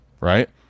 right